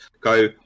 go